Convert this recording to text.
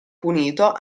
punito